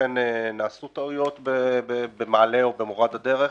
אכן נעשו טעויות במעלה או במורד הדרך.